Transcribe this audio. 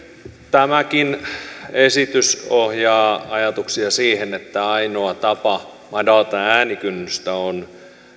tämäkin esitys ohjaa ajatuksia siihen että ainoa tapa madaltaa äänikynnystä on